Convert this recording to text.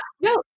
No